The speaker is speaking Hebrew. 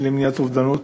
למניעת אובדנות.